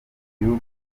gihugu